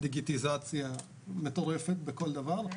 דיגיטיזציה מטורפת בכל דבר,